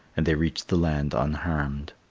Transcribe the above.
and they reached the land unharmed.